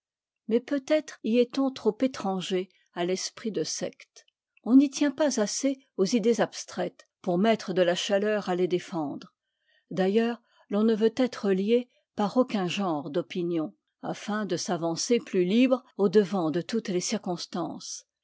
mais peut-être y est-on trop étranger à l'esprit de secte on n'y tient pas assez aux idées abstraites pour mettre de la chaleur à les défendre d'ailleurs l'on ne veut être lié par aucun genre d'opinions afin de s'avancer plus libre au-devant de toutes les circonstances